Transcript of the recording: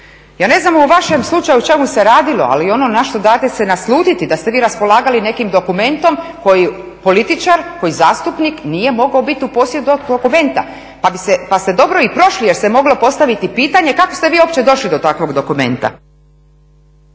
Ja ne znam u vašem slučaju o čemu se radilo ali ono na što date se naslutiti da ste vi raspolagali nekim dokumentom koji političar, koji zastupnik nije mogao biti u posjedu dokumenta, pa ste dobro i prošli jer se moglo postaviti pitanje kako ste vi uopće došli do takvog dokumenta.